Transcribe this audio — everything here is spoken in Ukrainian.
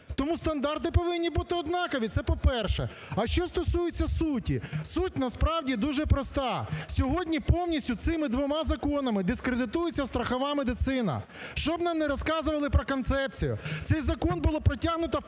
Тому стандарти повинні бути однакові. Це по-перше. А що стосується суті. Суть насправді дуже проста: сьогодні повністю цими двома законами дискредитується страхова медицина. Що б нам не розказувати про концепцію, цей закон було протягнуто